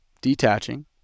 detaching